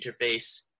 interface